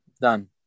done